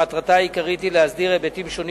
שמטרתה העיקרית היא להסדיר היבטים שונים